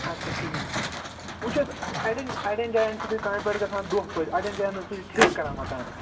اچھا ٹھیٖک وٕچھ حظ اَڈٮ۪ن اَڈٮ۪ن جایَن چھُو تُہۍ کامہِ پٮ۪ٹھ گژھان دۄہ پٲٹھۍ اَڈٮ۪ن جایَن حظ سُہ چھِ ٹھیکہٕ کران مکانَس